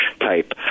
type